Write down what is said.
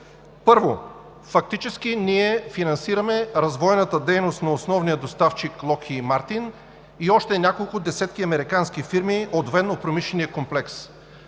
Първо, фактически ние финансираме развойната дейност на основния доставчик „Локхийд Мартин“ и още няколко десетки американски фирми от военнопромишления комплекс.